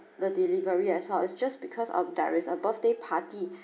the delivery as well it's just because of there is a birthday party